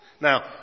Now